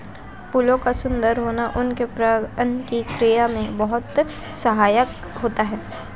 फूलों का सुंदर होना उनके परागण की क्रिया में बहुत सहायक होता है